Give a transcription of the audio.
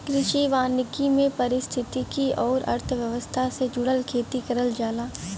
कृषि वानिकी में पारिस्थितिकी आउर अर्थव्यवस्था से जुड़ल खेती करल जाला